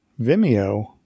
Vimeo